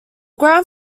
ground